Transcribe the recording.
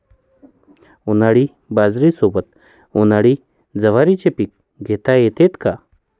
उन्हाळी बाजरीसोबत, उन्हाळी ज्वारीचे पीक घेता येते का?